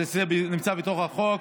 זה נמצא בתוך החוק,